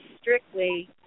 strictly